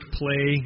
play